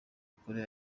ukore